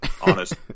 honest